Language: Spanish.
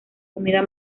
comida